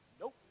Nope